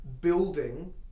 building